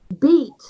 beat